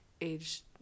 age